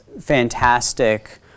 fantastic